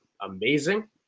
amazing